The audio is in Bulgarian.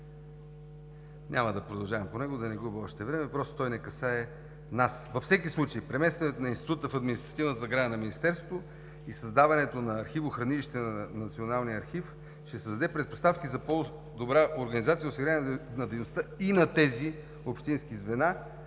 Няма да продължавам по него, да не губя още време. Той не касае нас. Във всеки случай преместването на Института в административната сграда на Министерството и създаването на архивохранилище на Националния архив ще създаде предпоставки за по-добра организация от страна на дейността и на тези общински звена,